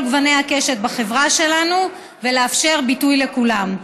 גוני הקשת בחברה שלנו ולאפשר ביטוי לכולם.